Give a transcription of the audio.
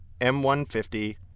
M150